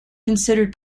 considered